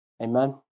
Amen